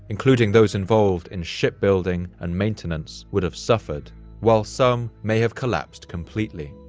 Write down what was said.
including those involved in shipbuilding and maintenance, would have suffered while some may have collapsed completely.